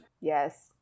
Yes